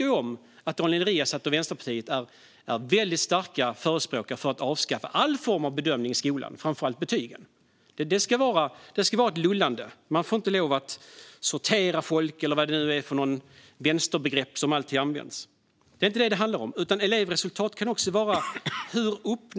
Nu vet vi att Daniel Riazat och Vänsterpartiet är starka förespråkare av att avskaffa all form av bedömning i skolan, framför allt betygen. Det ska vara ett lullande. Man får inte lov att sortera folk, eller vad det nu är för vänsterbegrepp som alltid används. Men det är inte vad detta handlar om. Elevresultat kan också vara andra saker.